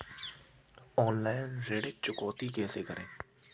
Online ऋण चुकौती कैसे करें?